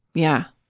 yeah.